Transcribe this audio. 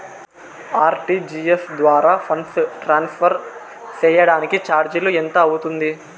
RTGS ద్వారా funds transfer సేయడానికి చార్జీలు ఎంత అవుతుంది